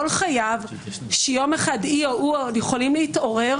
חייו שיום אחד היא או הוא עוד יכולים להתעורר,